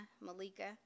Malika